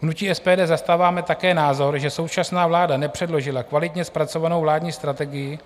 V hnutí SPD zastáváme také názor, že současná vláda nepředložila kvalitně zpracovanou vládní strategii